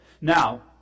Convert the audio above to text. Now